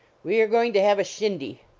we are going to have a shindy,